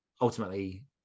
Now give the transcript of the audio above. ultimately